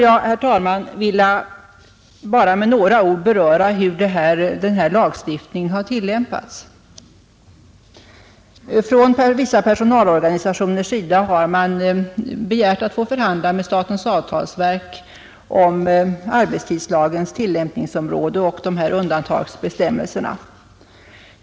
Jag vill här med några ord beröra hur denna lagstiftning har tillämpats. Vissa personalorganisationer har begärt att få förhandla med statens avtalsverk om arbetstidslagens tillämpningsområde och om undantagsbestämmelserna.